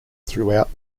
throughout